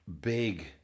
big